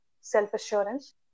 self-assurance